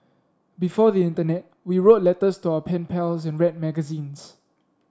before the internet we wrote letters to our pen pals and read magazines